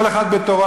כל אחד בתורו.